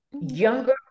younger